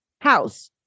house